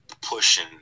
pushing